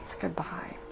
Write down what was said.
goodbye